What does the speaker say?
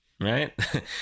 right